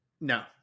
no